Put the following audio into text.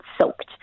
soaked